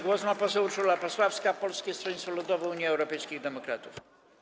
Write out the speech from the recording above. Głos ma poseł Urszula Pasławska, Polskie Stronnictwo Ludowe - Unia Europejskich Demokratów.